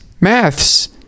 maths